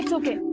ah okay.